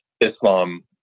Islam